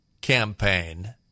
campaign